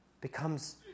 becomes